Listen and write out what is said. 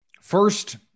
First